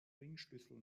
ringschlüssel